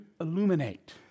illuminate